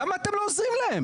למה אתם לא עוזרים להם?